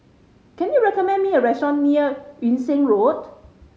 can you recommend me a restaurant near Yung Sheng Road